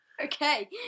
Okay